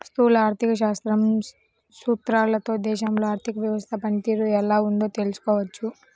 స్థూల ఆర్థిక శాస్త్రం సూత్రాలతో దేశంలో ఆర్థిక వ్యవస్థ పనితీరు ఎలా ఉందో తెలుసుకోవచ్చు